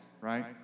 right